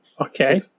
okay